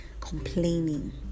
complaining